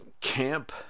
camp